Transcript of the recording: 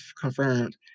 confirmed